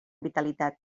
vitalitat